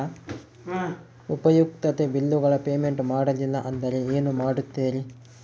ಉಪಯುಕ್ತತೆ ಬಿಲ್ಲುಗಳ ಪೇಮೆಂಟ್ ಮಾಡಲಿಲ್ಲ ಅಂದರೆ ಏನು ಮಾಡುತ್ತೇರಿ?